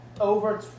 over